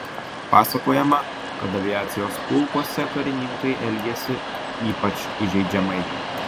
pasakojama kad aviacijos pulkuose karininkai elgėsi ypač įžeidžiamai